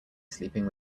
sleeping